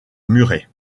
murée